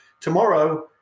Tomorrow